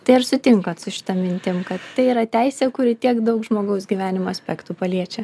tai ar sutinkat su šita mintim kad tai yra teisė kuri tiek daug žmogaus gyvenimo aspektų paliečia